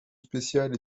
spéciale